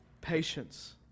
patience